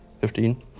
Fifteen